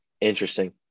interesting